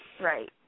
Right